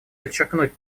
подчеркнуть